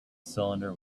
cylinder